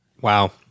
Wow